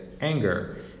anger